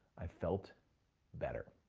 i felt better.